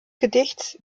gedichts